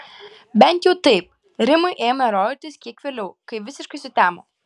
bent jau taip rimui ėmė rodytis kiek vėliau kai visiškai sutemo